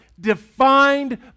defined